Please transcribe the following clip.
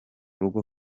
rugo